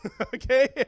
okay